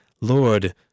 Lord